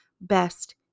best